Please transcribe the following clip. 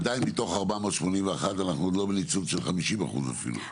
עדיין מתוך 481 אנחנו עוד לא בניצול של 50% אפילו,